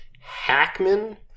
Hackman